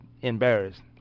embarrassed